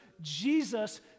Jesus